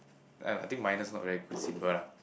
uh I think minus not very good symbol lah